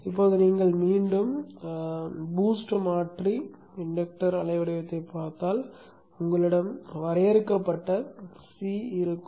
இப்போது நீங்கள் மீண்டும் BOOST மாற்றி இண்டக்டர் அலைவடிவத்தைப் பார்த்தால் உங்களிடம் வரையறுக்கப்பட்ட C இருக்கும்